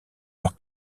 leur